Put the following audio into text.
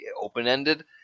open-ended